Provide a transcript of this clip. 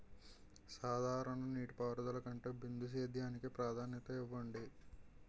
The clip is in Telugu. సాధారణ నీటిపారుదల కంటే బిందు సేద్యానికి ప్రాధాన్యత ఇవ్వండి